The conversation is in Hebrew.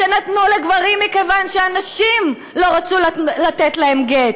שנתנו לגברים מכיוון שהנשים לא רצו לתת להם גט,